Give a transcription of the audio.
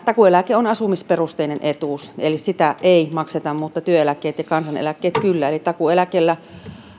takuueläke on asumisperusteinen etuus eli sitä ei makseta mutta työeläkkeet ja kansaneläkkeet kyllä takuueläke